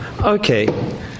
Okay